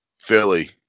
Philly